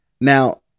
Now